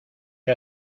que